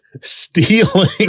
stealing